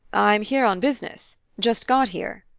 i'm here on business just got here,